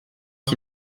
qui